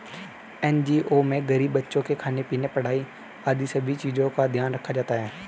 NGO में गरीब बच्चों के खाने पीने, पढ़ाई आदि सभी चीजों का ध्यान रखा जाता है